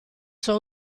sua